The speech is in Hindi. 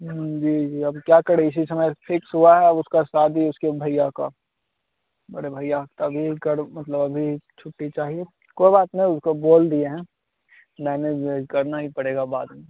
जी जी अब क्या करें इसी समय फिक्स हुआ है उसका शादी उसके भइया का बड़े भैया तभी उसका रुक मतलब अभी छुट्टी चाहिए कोई बात नहीं उसको बोल दिए हैं मैनेज उनैज करना ही पड़ेगा बाद में